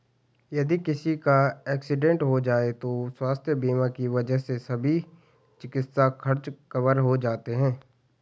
यदि किसी का एक्सीडेंट हो जाए तो स्वास्थ्य बीमा की वजह से सभी चिकित्सा खर्च कवर हो जाते हैं